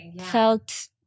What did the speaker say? felt